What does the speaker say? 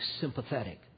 sympathetic